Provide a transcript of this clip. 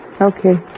Okay